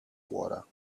water